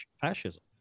fascism